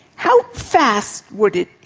how fast would it,